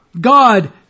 God